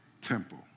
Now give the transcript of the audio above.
temple